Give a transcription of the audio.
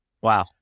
wow